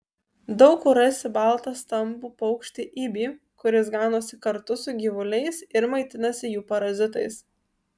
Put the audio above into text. daug kur rasi baltą stambų paukštį ibį kuris ganosi kartu su gyvuliais ir maitinasi jų parazitais